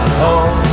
home